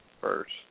first